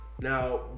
now